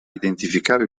identificare